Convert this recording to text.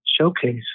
showcase